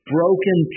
Broken